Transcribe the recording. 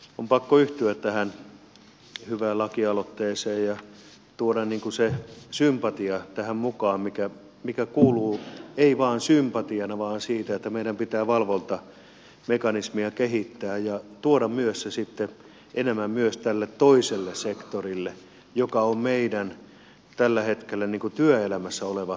on pakko yhtyä tähän hyvään lakialoitteeseen ja tuoda niin kuin se sympatia tähän mukaan mikä kuuluu ei vaan sympatiana vaan sinä että meidän pitää valvontamekanismeja kehittää ja tuoda myös ne sitten enemmän myös tälle toiselle sektorille joka on meillä tällä hetkellä työelämässä oleva kolmas sektori